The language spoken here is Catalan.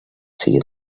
sigui